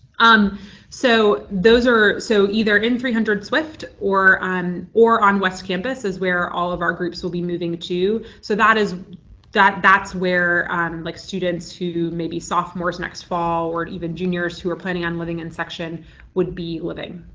so those are so either in three hundred swift or on or on west campus is where all of our groups will be moving to, so that is that's where like students who may be sophomores next fall or even juniors who are planning on living in section would be living.